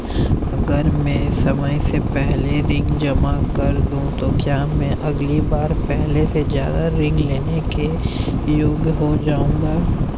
अगर मैं समय से पहले ऋण जमा कर दूं तो क्या मैं अगली बार पहले से ज़्यादा ऋण लेने के योग्य हो जाऊँगा?